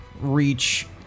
reach